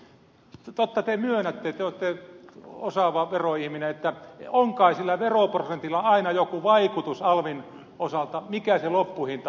totta te myönnätte te olette osaava veroihminen että on kai sillä veroprosentilla aina jokin vaikutus alvin osalta mikä se loppuhinta on